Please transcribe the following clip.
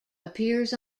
appears